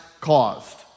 caused